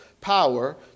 power